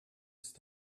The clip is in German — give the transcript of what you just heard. ist